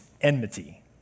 enmity